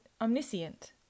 omniscient